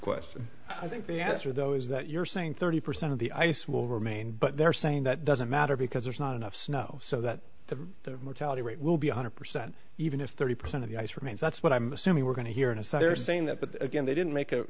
question i think the answer though is that you're saying thirty percent of the ice will remain but they're saying that doesn't matter because there's not enough snow so that the mortality rate will be one hundred percent even if thirty percent of the ice remains that's what i'm assuming we're going to hear and so they're saying that but again they didn't make